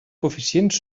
coeficients